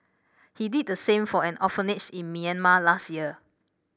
he did the same for an orphanage in Myanmar last year